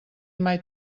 mai